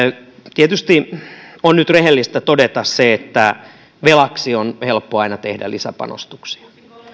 tietysti on nyt rehellistä todeta se että velaksi on helppo aina tehdä lisäpanostuksia